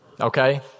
okay